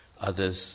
others